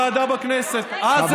טוענת שהיא מייצגת אינטרס ציוני,